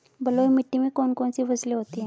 बलुई मिट्टी में कौन कौन सी फसलें होती हैं?